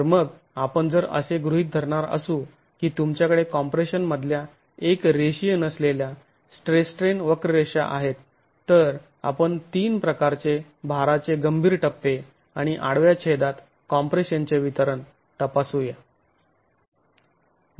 तर मग आपण जर असे गृहीत धरणार असू की तुमच्याकडे कॉम्प्रेशन मधल्या एक रेषीय नसलेल्या स्ट्रेस स्ट्रेन वक्ररेषा आहेत तर आपण तीन प्रकारचे भाराचे गंभीर टप्पे आणि आडव्या छेदात कॉम्प्रेशन चे वितरण तपासू या